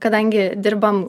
kadangi dirbam